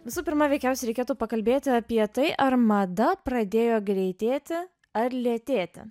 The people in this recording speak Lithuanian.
visų pirma veikiausiai reikėtų pakalbėti apie tai ar mada pradėjo greitėti ar lėtėti